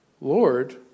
Lord